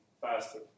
faster